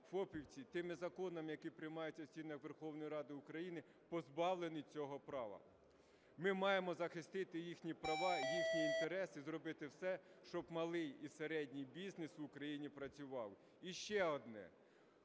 фопівці тими законами, які приймаються в стінах Верховної Ради України, позбавлені цього права. Ми маємо захистити їхні права, їхні інтереси, зробити все, щоб малий і середній бізнес в Україні працював. І ще одне.